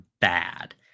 bad